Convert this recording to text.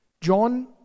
John